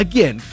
Again